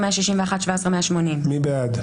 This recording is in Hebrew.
16,841 עד 16,860. מי בעד?